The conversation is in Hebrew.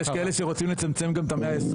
יש כאלה שרוצים לצמצם גם את ה-120.